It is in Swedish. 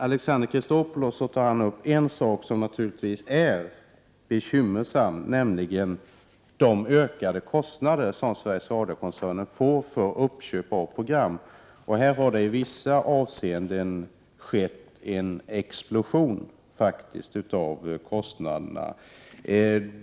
Alexander Chrisopoulos berörde en fråga som naturligtvis är bekymmersam, nämligen de ökade kostnader som Sveriges Radio-koncernen får vid inköp av program. I vissa avseenden har här skett en explosion av kostnaderna.